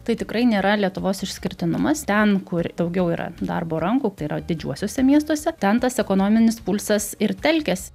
tai tikrai nėra lietuvos išskirtinumas ten kur daugiau yra darbo rankų tai yra didžiuosiuose miestuose ten tas ekonominis pulsas ir telkiasi